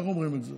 איך אומרים את זה?